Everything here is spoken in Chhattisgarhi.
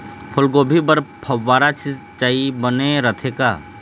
फूलगोभी बर फव्वारा सिचाई बने रथे का?